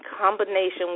combination